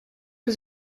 was